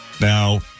Now